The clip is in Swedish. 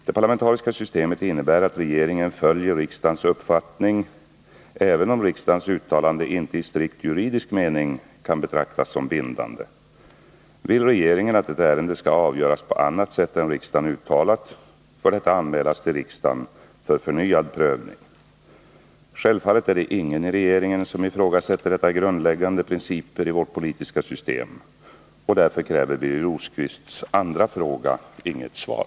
Det parlamentariska systemet innebär att regeringen följer riksdagens uppfattning, även om riksdagens uttalanden inte i strikt juridisk mening kan betraktas som bindande. Vill regeringen att ett ärende skall avgöras på annat sätt än riksdagen uttalat, får detta anmälas till riksdagen för förnyad prövning. Självfallet är det ingen i regeringen som ifrågasätter dessa grundläggande principer i vårt politiska system. Därför kräver Birger Rosqvists andra fråga inget svar.